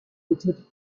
noted